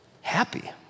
happy